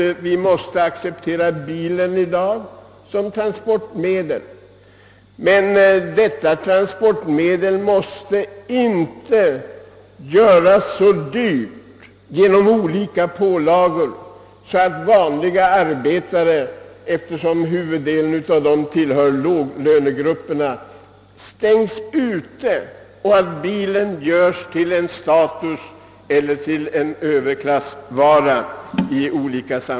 Vi måste i dag acceptera bilen som transportmedel, men den får inte genom olika pålagor göras så dyr att vanliga arbetare, som till största delen hör till låglönegrupperna, utestänges från att ha bil. Bilen får inte bli en statussymbol och en överklassvara.